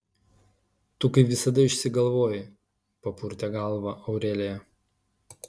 tu kaip visada išsigalvoji papurtė galvą aurelija